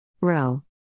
row